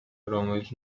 რომელიც